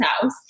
house